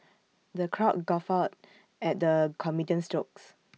the crowd guffawed at the comedian's jokes